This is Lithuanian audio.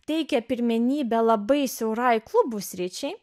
teikia pirmenybę labai siaurai klubų sričiai